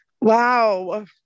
Wow